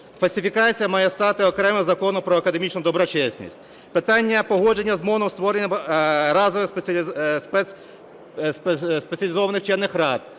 Фальсифікація має стати окремим законом про академічну доброчесність. Питання погодження з МОН, створення разових… спеціалізованих вчених рад.